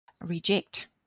reject